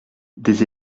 des